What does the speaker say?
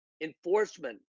enforcement